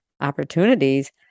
opportunities